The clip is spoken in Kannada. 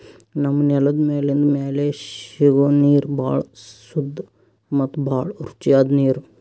ನಮ್ಮ್ ನೆಲದ್ ಮ್ಯಾಲಿಂದ್ ಮ್ಯಾಲೆ ಸಿಗೋ ನೀರ್ ಭಾಳ್ ಸುದ್ದ ಮತ್ತ್ ಭಾಳ್ ರುಚಿಯಾದ್ ನೀರ್